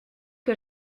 que